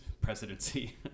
presidency